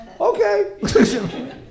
Okay